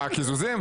מה הקיזוזים?